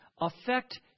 affect